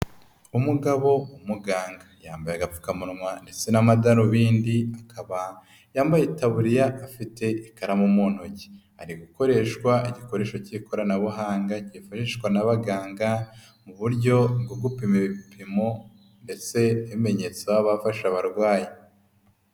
Umugabo w'umuganga, yambaye agapfukamunwa ndetse n'amadarubindiba, akaba yambaye itaburiya afite ikaramu mu ntoki, ari gukoresha igikoresho cy'ikoranabuhanga gifashishwa n'abaganga mu buryo bwo gupima ibipimo ndetse imenyetso baba bafasha abarwayi.